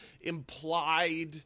implied